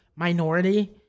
Minority